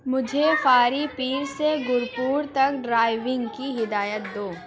مجھے فاری پیر سے گرپور تک ڈرائیونگ کی ہدایت دو